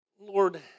Lord